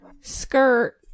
Skirt